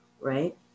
right